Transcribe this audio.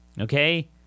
Okay